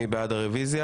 מי בעד הרביזיה?